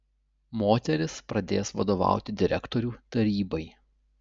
moteris pradės vadovauti direktorių tarybai